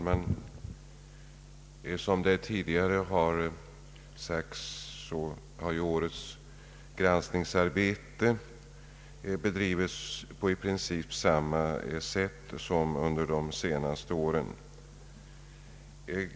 Herr talman! Som tidigare framhållits, har granskningsarbetet i år bedrivits på i princip samma sätt som under de närmast föregående åren.